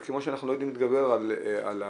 וכמו שאנחנו לא יודעים להתגבר על הגורם